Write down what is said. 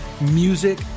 music